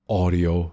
audio